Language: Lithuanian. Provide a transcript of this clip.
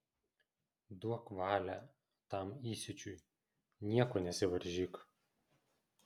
duok valią tam įsiūčiui nieko nesivaržyk